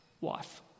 wife